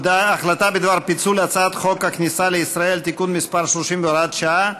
להצעה בדבר פיצול הצעת חוק הכניסה לישראל (תיקון מס' 30 והוראת שעה),